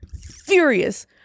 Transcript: furious